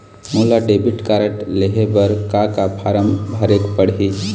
मोला debit card लेहे बर का का फार्म भरेक पड़ही?